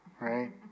right